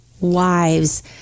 wives